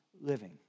living